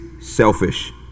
selfish